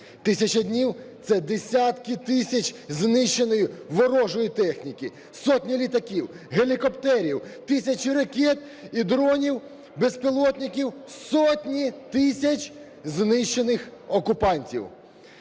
1000 днів – це десятки тисяч знищеної ворожої техніки, сотні літаків, гелікоптерів, тисячі ракет і дронів, безпілотників, сотні тисяч знищених окупантів.